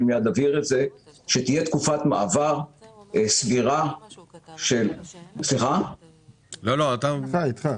שתהיה תקופת מעבר סבירה של 60 יום.